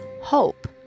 hope